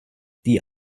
die